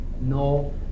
no